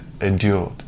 endured